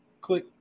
click